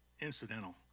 incidental